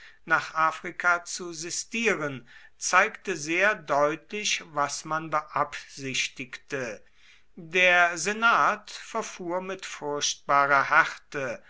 nach afrika zu sistieren zeigte sehr deutlich was man beabsichtigte der senat verfuhr mit furchtbarer härte